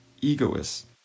egoists